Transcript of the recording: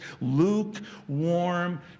lukewarm